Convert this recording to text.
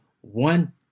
one